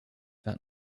that